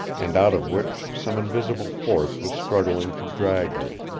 and out of which some invisible force was struggling to drag her.